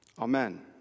Amen